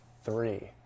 Three